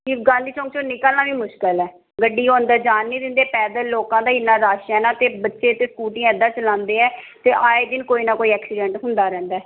ਕਿ ਗਾਂਧੀ ਚੌਂਕ 'ਚੋਂ ਨਿਕਲਣਾ ਵੀ ਮੁਸ਼ਕਲ ਹੈ ਗੱਡੀ ਉਹ ਅੰਦਰ ਜਾਣ ਨਹੀਂ ਦਿੰਦੇ ਪੈਦਲ ਲੋਕਾਂ ਦਾ ਇੰਨਾ ਰੱਸ਼ ਹੈ ਨਾ ਅਤੇ ਬੱਚੇ ਤਾਂ ਸਕੂਟੀਆਂ ਇੱਦਾਂ ਚਲਾਉਂਦੇ ਹੈ ਅਤੇ ਆਏ ਦਿਨ ਕੋਈ ਨਾ ਕੋਈ ਐਕਸੀਡੈਂਟ ਹੁੰਦਾ ਰਹਿੰਦਾ